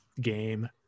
game